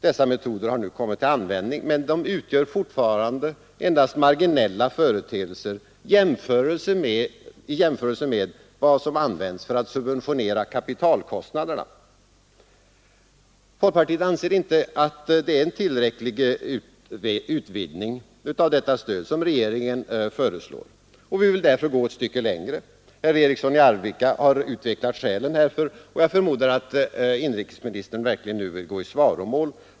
Dessa metoder har nu kommit till användning, men de utgör fortfarande endast marginella företeelser i jämförelse med vad som används för att subventionera kapitalkostnaderna. Folkpartiet anser inte att det är en tillräcklig utvidgning av detta stöd som regeringen föreslår, och vi vill därför gå ett stycke längre. Herr Eriksson i Arvika har utvecklat skälen härför, och jag förmodar att inrikesministern verkligen nu vill gå i svaromål.